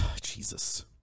Jesus